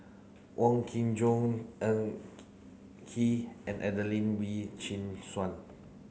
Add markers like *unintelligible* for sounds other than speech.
Wong Kin Jong Ng *unintelligible* Kee and Adelene Wee Chin Suan